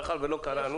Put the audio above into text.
מאחר ולא קראנו.